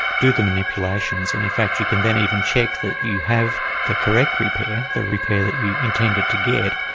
do the manipulations, and in fact you can then even check that you have the correct repair, the repair that you intended to get,